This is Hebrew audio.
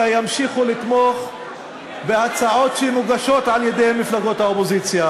ימשיכו לתמוך בהצעות שמוגשות על-ידי מפלגות האופוזיציה,